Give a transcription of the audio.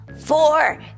Four